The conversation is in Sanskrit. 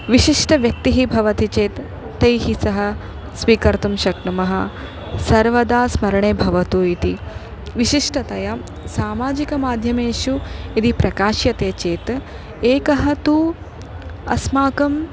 विशिष्टव्यक्तिः भवति चेत् तैः सह स्वीकर्तुं शक्नुमः सर्वदा स्मरणे भवतु इति विशिष्टतया सामाजिकमाध्यमेषु यदि प्रकाश्यते चेत् एकः तु अस्माकं